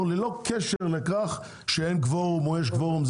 ללא קשר לכך שאין קבורום או יש קבורום.